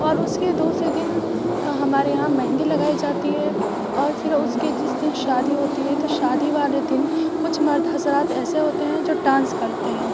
اور اس کے دوسرے دن ہمارے یہاں مہندی لگائی جاتی ہے اور پھر اس کے جس دن شادی ہوتی ہے تو شادی والے دن کچھ مرد حضرات ایسے ہوتے ہیں جو ڈانس کرتے ہیں